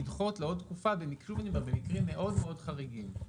לדחות לעוד תקופה במקרים מאוד מאוד חריגים.